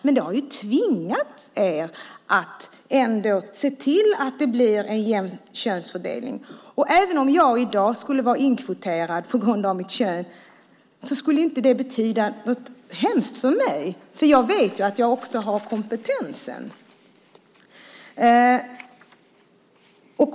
Vi har ändå tvingat er att se till att det blir en jämn könsfördelning. Även om jag i dag skulle vara inkvoterad på grund av mitt kön skulle inte det betyda något hemskt för mig, för jag vet att jag också har kompetensen.